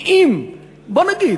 כי אם, בואו נגיד